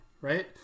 right